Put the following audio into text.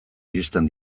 iristen